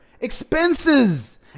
expenses